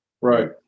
Right